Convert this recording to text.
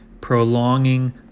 prolonging